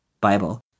Bible